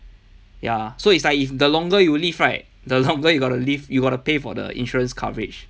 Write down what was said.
ya so it's like if the longer you live right the longer you have got to live you got to pay for the insurance coverage